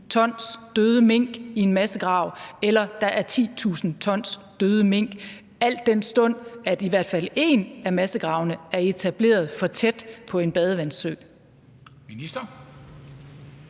t døde mink i en massegrav, eller om der er 10.000 t døde mink, al den stund at i hvert fald en af massegravene er etableret for tæt på en badevandssø.